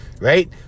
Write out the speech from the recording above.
right